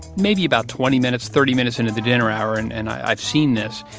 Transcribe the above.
maybe about twenty minutes, thirty minutes into the dinner hour, and and i've seen this,